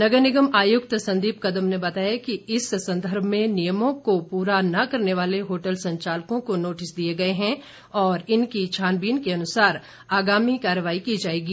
नगर निगम आयुक्त संदीप कदम ने बताया कि इस संदर्भ में नियमों को पूरा न करने वाले होटल संचालकों को नोटिस दिए गए हैं और इनकी छानबीन के अनुसार आगामी कार्रवाई की जाएगी